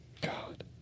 God